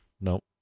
nope